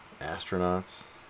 astronauts